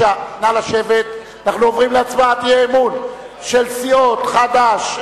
אנחנו עוברים להצעת האי-אמון של סיעות חד"ש,